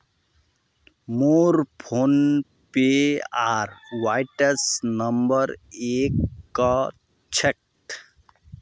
मोर फोनपे आर WhatsApp number एक क छेक